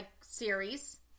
series